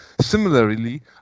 Similarly